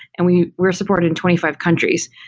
and we we're supported in twenty five countries.